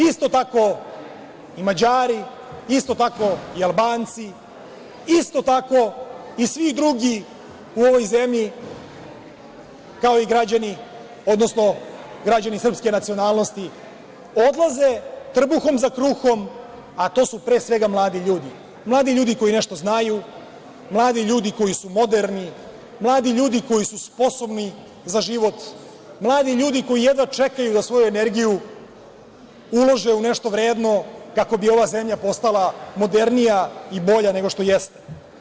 Isto tako i Mađari, isto tako i Albanci, isto tako i svi drugi u ovoj zemlji, kao i građani srpske nacionalnosti, odlaze trbuhom za kruhom, a to su pre svega mladi ljudi, mladi ljudi koji nešto znaju, mladi ljudi koji su moderni, mladi ljudi koji su sposobni za život, mladi ljudi koji jedva čekaju da svoju energiju ulože u nešto vredno, kako bi ova zemlja postala modernija i bolja nego što jeste.